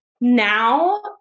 now